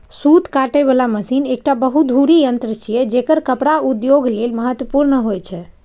सूत काटे बला मशीन एकटा बहुधुरी यंत्र छियै, जेकर कपड़ा उद्योग लेल महत्वपूर्ण होइ छै